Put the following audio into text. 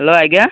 hello ଆଜ୍ଞା